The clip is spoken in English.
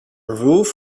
roof